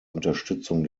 unterstützung